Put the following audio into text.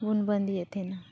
ᱵᱚᱱ ᱵᱟᱸᱫᱮᱭᱮᱫ ᱛᱟᱦᱮᱱᱟ